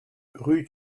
rue